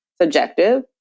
subjective